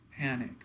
panic